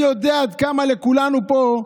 אני יודע עד כמה לכולנו פה,